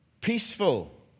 peaceful